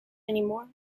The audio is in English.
anymore